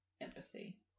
empathy